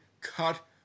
cut